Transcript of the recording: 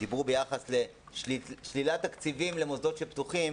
דיברו על שלילת תקציבים למוסדות שפתוחים.